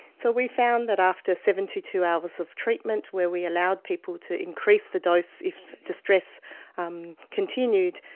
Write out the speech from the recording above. so we found that after seventy two hours of treatment where we allowed people to increase the dose if distress um continued,